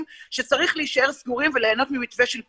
שצריך להישאר סגורים וליהנות ממתווה של פיצוי,